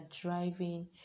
driving